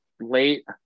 late